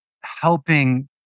helping